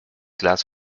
glas